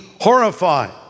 horrified